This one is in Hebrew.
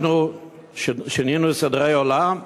אנחנו שינינו סדרי עולם?